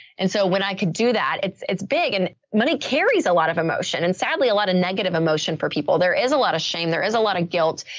and so when i could do that, it's, it's big and money carries a lot of emotion and sadly, a lot of negative emotion for people. there is a lot of shame. there is a lot of guilt.